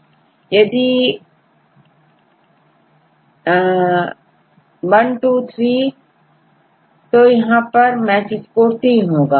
जैसे यदि 123 तो यहां मैच स्कोर3 होगा